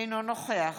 אינו נוכח